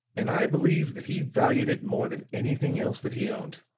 and i believe that he valued it more than anything else that he owned.